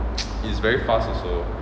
is very fast also